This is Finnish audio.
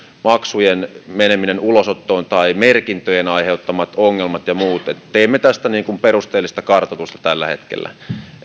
maksujen menemisestä ulosottoon tai merkintöjen aiheuttamista ongelmista ja muista teemme tästä perusteellista kartoitusta tällä hetkellä